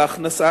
בהכנסה,